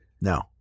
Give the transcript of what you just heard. No